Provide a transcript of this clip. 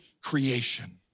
creation